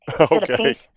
Okay